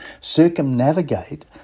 circumnavigate